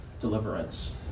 deliverance